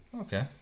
Okay